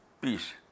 peace